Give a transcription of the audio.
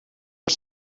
els